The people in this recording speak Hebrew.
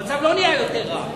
המצב לא נעשה יותר רע.